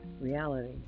Reality